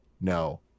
no